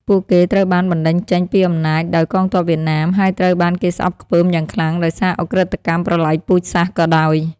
ពួកគេត្រូវបានបណ្ដេញចេញពីអំណាចដោយកងទ័ពវៀតណាម ហើយត្រូវបានគេស្អប់ខ្ពើមយ៉ាងខ្លាំងដោយសារឧក្រិដ្ឋកម្មប្រល័យពូជសាសន៍ក៏ដោយ។